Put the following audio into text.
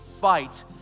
fight